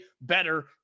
better